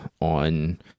on